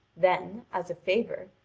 then, as a favour,